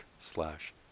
slash